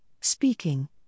speaking